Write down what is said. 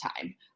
time